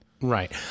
Right